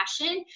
passion